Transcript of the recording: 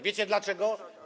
Wiecie dlaczego?